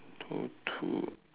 two two